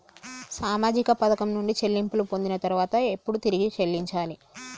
సామాజిక పథకం నుండి చెల్లింపులు పొందిన తర్వాత ఎప్పుడు తిరిగి చెల్లించాలి?